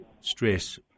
stress